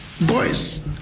boys